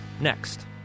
next